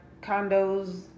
condos